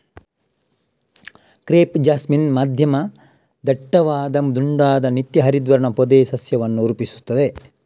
crepe jasmine ಮಧ್ಯಮ ದಟ್ಟವಾದ ದುಂಡಾದ ನಿತ್ಯ ಹರಿದ್ವರ್ಣ ಪೊದೆ ಸಸ್ಯವನ್ನು ರೂಪಿಸುತ್ತದೆ